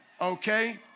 Okay